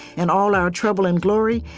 in all our trouble and glory,